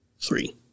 Three